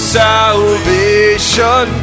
salvation